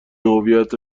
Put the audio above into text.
هویت